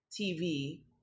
TV